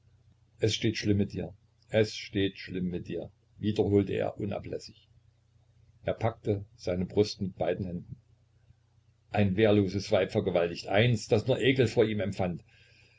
es steht schlimm mit dir es steht schlimm mit dir wiederholte er unablässig er packte seine brust mit beiden händen ein wehrloses weib vergewaltigt eins das nur ekel vor ihm empfand